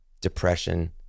depression